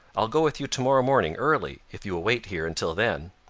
i will go with you to-morrow morning early, if you will wait here until then.